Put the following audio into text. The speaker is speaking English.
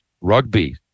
rugby